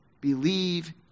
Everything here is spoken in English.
believe